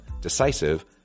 decisive